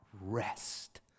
rest